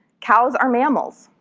cows are mammals,